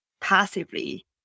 passively